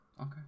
Okay